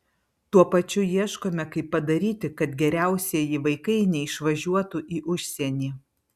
tuo pačiu ieškome kaip padaryti kad geriausieji vaikai neišvažiuotų į užsienį